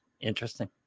Interesting